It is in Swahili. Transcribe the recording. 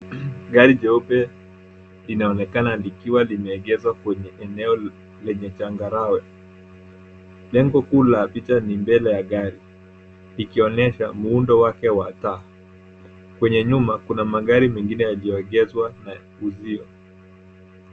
Gari jeupe linaonekana likiwa limeegeshwa kwenye eneo lenye changarawe. Lengo kuu la picha ni mbele ya gari, likionyesha muundo wake wa taa. Nyuma kuna magari mengine yaliyoegeshwa uzio.